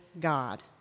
God